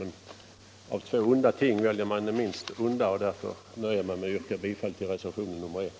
Men av två onda ting väljer jag det minst onda och nöjer mig med att yrka bifall till reservationen 1.